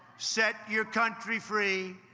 set your country free.